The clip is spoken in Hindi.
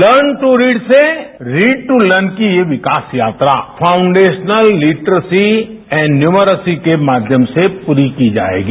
लर्न दू रीड से रीड दू लर्न की विकास यात्रा फाउंडेशनल लिट्रसी एंड न्यूमर्सी के माध्यम से पूरी की जाएगी